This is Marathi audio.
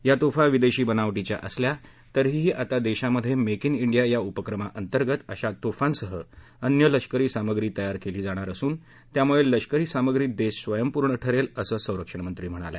या तोफा विदेशी बनावटीच्या असल्या तरीही आता देशामध्ये मेक इन इंडिया या उपक्रमाअंतर्गत अशा तोफांसह अन्य लष्करी सामग्री तयार केली जाणार असून त्यामुळे लष्करी सामग्रीत देश स्वयंपूर्ण ठरेल असं संरक्षणमंत्री म्हणाल्या